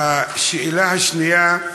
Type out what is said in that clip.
והשאלה השנייה,